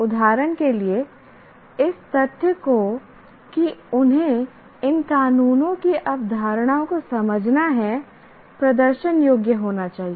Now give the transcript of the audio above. उदाहरण के लिए इस तथ्य को कि उन्हें इन कानूनों की अवधारणाओं को समझना है प्रदर्शन योग्य होना चाहिए